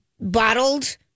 bottled